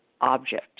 object